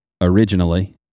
originally